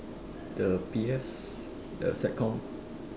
the P_S the sect com